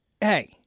hey